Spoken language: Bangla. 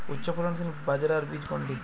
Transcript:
উচ্চফলনশীল বাজরার বীজ কোনটি?